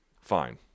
Fine